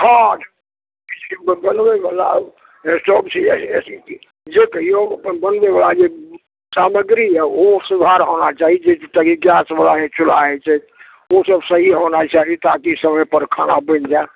हँ बनबयवला जे कहिऔ अपन बनबयवाला जे सामग्री यऽ ओ सुधार होना चाही ओसभ सही होना चाही ताकि समयपर खाना बनि जाइ